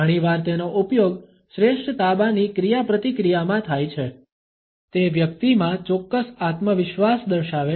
ઘણી વાર તેનો ઉપયોગ શ્રેષ્ઠ તાબાની ક્રિયાપ્રતિક્રિયામાં થાય છે તે વ્યક્તિમાં ચોક્કસ આત્મવિશ્વાસ દર્શાવે છે